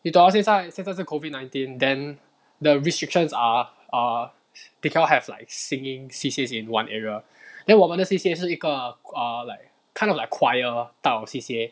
你懂 hor 现在这个是 COVID nineteen then the restrictions are err they cannot have like singing C_C_A in one area then 我们的 C_C_A 是一个 err like kind of like choir type of C_C_A